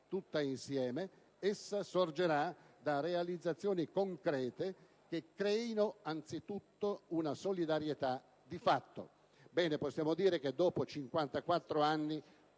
tutta insieme; essa sorgerà da realizzazioni concrete che creino anzitutto una solidarietà di fatto». Possiamo dire che dopo 54 anni